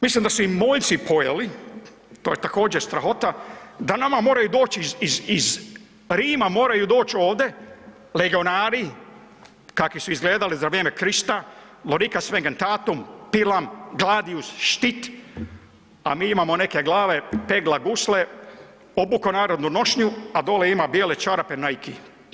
Mislim da su im moljci pojeli, to je također strahota da nama moraju doći iz Rima moraju doći ovdje legionari kakvi su izgledali za vrijeme Krista lorikas vegentatum, pilum, gladius, štit, a mi imamo neke glave, pegla gusle, obuko narodnu nošnju, a dole ima bijele čarape nike.